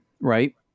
right